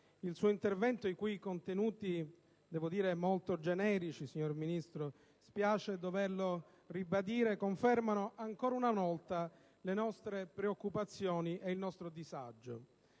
il suo intervento i cui contenuti, devo dire molto generici (spiace doverlo ribadire), confermano ancora una volta le nostre preoccupazioni e il nostro disagio.